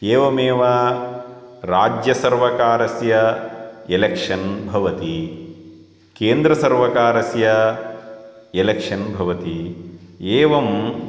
एवमेव राज्यसर्वकारस्य एलेक्शन् भवति केन्द्रसर्वकारस्य एलेक्शन् भवति एवं